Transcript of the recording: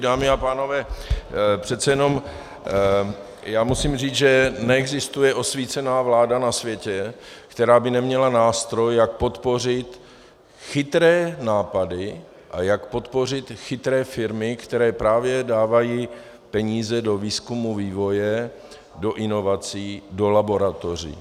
Dámy a pánové, přece jenom já musím říct, že neexistuje osvícená vláda na světě, která by neměla nástroj, jak podpořit chytré nápady a jak podpořit chytré firmy, které právě dávají peníze do výzkumu, vývoje, do inovací, do laboratoří.